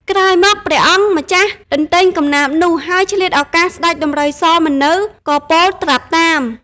ក្រោយមក ព្រះអង្គម្ចាស់ទន្ទេញកំណាព្យនោះ ហើយឆ្លៀតឱកាសស្តេចដំរីសមិននៅក៏ពោលត្រាប់តាម ។